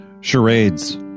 charades